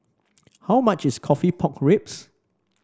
how much is coffee Pork Ribs